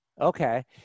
okay